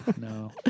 No